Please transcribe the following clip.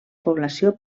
població